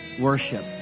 worship